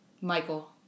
Michael